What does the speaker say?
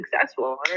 successful